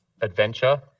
adventure